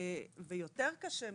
ויותר קשה מזה,